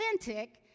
authentic